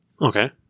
Okay